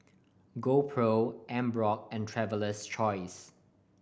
GoPro Emborg and Traveler's Choice